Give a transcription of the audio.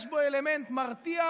יש בו אלמנט מרתיע,